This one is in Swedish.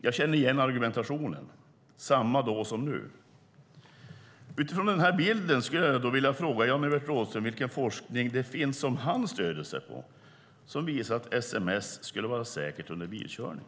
Jag känner igen argumentationen. Den var samma då som den är nu. Utifrån den bilden vill jag fråga Jan-Evert Rådhström vilken forskning det finns som han stöder sig på som visar att sms skulle vara säkert under bilkörning.